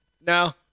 No